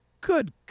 Good